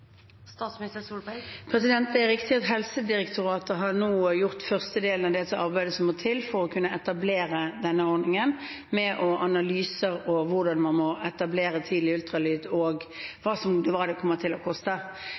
Det er riktig at Helsedirektoratet nå har gjort den første delen av det arbeidet som må til for å kunne etablere denne ordningen, med analyser og hvordan man må etablere tidlig ultralyd, og hva det kommer til å koste.